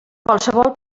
qualsevol